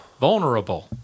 Vulnerable